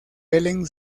ellen